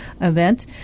event